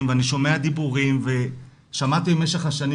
ואני שומע דיבורים ושמעתי במשך השנים,